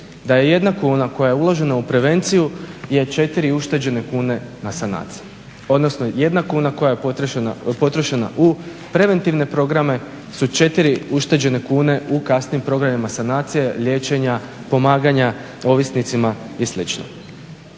da je jedna kuna koja je uložena u prevenciju je 4 ušteđene kune na sanaciji, odnosno jedna kuna koja je potrošena u preventivne programe su 4 ušteđene kune u kasnijim programima sanacije, liječenja, pomaganja ovisnicima i